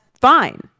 fine